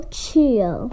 chill